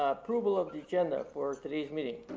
approval of the agenda for today's meeting?